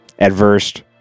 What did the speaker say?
Adversed